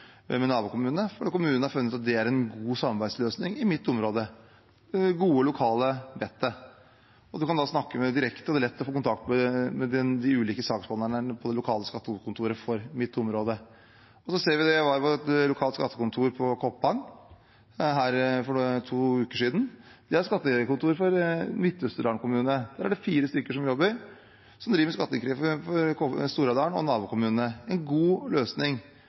med en nabokommune, for kommunene har funnet ut at det er en god samarbeidsløsning i mitt område – det gode, lokale vettet. En kan snakke med dem direkte, og det er lett å få kontakt med de ulike saksbehandlerne på det lokale skattekontoret for mitt område. Jeg var på et lokalt skattekontor på Koppang for to uker siden. Det er skattekontor for Midt-Østerdal-kommunene. Der er det fire stykker som jobber, som driver med skatteinnkreving for Stor-Elvdal og nabokommunene – en god løsning.